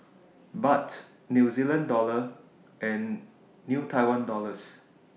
Baht New Zealand Dollar and New Taiwan Dollars